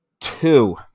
two